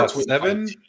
seven